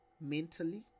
mentally